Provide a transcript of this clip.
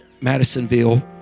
Madisonville